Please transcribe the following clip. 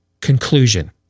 conclusion